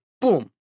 boom